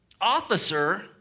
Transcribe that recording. officer